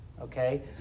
okay